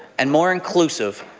and more inclusive,